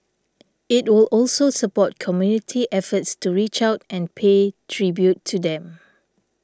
it will also support community efforts to reach out and pay tribute to them